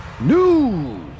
news